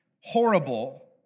horrible